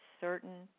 certain